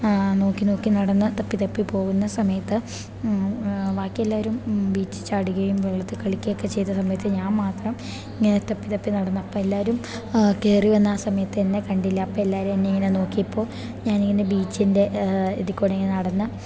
നോക്കി നോക്കി നടന്ന് തപ്പിത്തപ്പി പോകുന്ന സമയത്ത് ബാക്കി എല്ലാവരും ബീച്ചിൽ ചാടുകയും വെള്ളത്തിൽ കളിക്കുകയൊക്കെ ചെയ്ത സമയത്ത് ഞാൻ മാത്രം ഇങ്ങനെ തപ്പിത്തപ്പി നടന്നു അപ്പം എല്ലാവരും കയറി വന്ന ആ സമയത്ത് എന്നെ കണ്ടില്ല അപ്പം എല്ലാവരും എന്നെ ഇങ്ങനെ നോക്കിയപ്പോൾ ഞാനിങ്ങനെ ബീച്ചിൻ്റെ ഇതിൽക്കൂടെ ഇങ്ങനെ നടന്ന്